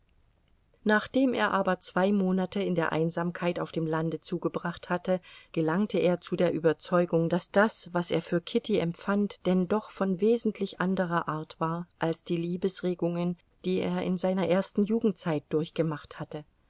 nachdem er aber zwei monate in der einsamkeit auf dem lande zugebracht hatte gelangte er zu der überzeugung daß das was er für kitty empfand denn doch von wesentlich anderer art war als die liebesregungen die er in seiner ersten jugendzeit durchgemacht hatte